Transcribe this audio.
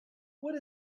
when